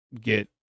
get